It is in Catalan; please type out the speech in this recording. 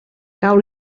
cau